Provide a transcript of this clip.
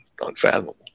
unfathomable